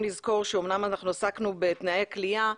לזכור שאומנם אנחנו עסקנו בתנאי כליאה,